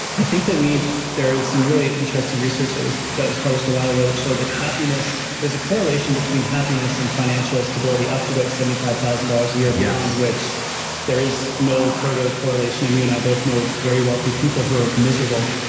i think that we've there's some really interesting research that was that was published a while ago that showed that happiness is a correlation between happiness and financial stability up to about seventy five thousand dollars a year beyond which there is no further correlation, and you and i both know very wealthy people who are miserable.